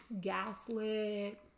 gaslit